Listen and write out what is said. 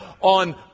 on